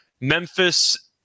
Memphis